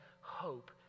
hope